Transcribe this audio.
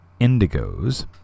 Indigos